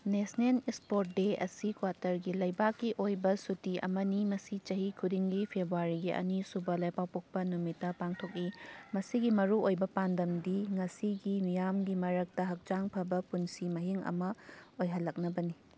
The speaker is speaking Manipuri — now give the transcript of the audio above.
ꯅꯦꯁꯅꯦꯜ ꯏꯁꯄꯣꯔꯠ ꯗꯦ ꯁꯤ ꯀ꯭ꯋꯥꯇꯔꯒꯤ ꯂꯩꯕꯥꯛꯀꯤ ꯑꯣꯏꯕ ꯁꯨꯇꯤ ꯑꯃꯅꯤ ꯃꯁꯤ ꯆꯍꯤ ꯈꯨꯗꯤꯡꯒꯤ ꯐꯦꯕꯋꯥꯔꯤꯒꯤ ꯑꯅꯤ ꯁꯨꯕ ꯂꯩꯕꯥꯛꯄꯣꯛꯄ ꯅꯨꯃꯤꯠꯇ ꯄꯥꯡꯊꯣꯛꯏ ꯃꯁꯤꯒꯤ ꯃꯔꯨꯑꯣꯏꯕ ꯄꯥꯟꯗꯝꯗꯤ ꯉꯁꯤꯒꯤ ꯃꯤꯌꯥꯝꯒꯤ ꯃꯔꯛꯇ ꯍꯛꯆꯥꯡ ꯐꯕ ꯄꯨꯟꯁꯤ ꯃꯍꯤꯡ ꯑꯃ ꯑꯣꯏꯍꯜꯂꯛꯅꯕꯅꯤ